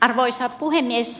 arvoisa puhemies